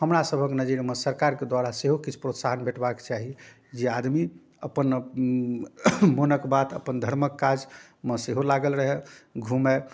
हमरासबके नजरिमे सरकारके द्वारा सेहो किछु प्रोत्साहन भेटबाके चाही जे आदमी अपन मोनके बात अपन धर्मके काजमे सेहो लागल रहै घुमै